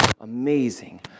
amazing